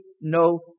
no